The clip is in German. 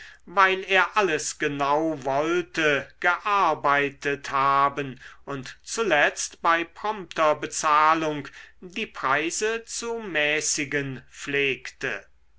weil er alles genau wollte gearbeitet haben und zuletzt bei prompter bezahlung die preise zu mäßigen pflegte